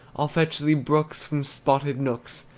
i'll fetch thee brooks from spotted nooks,